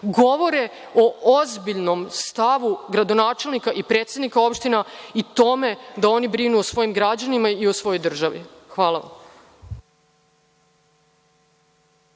govore o ozbiljnom stavu gradonačelnika i predsednika opština i tome da oni brinu o svojim građanima i o svojoj državi. Hvala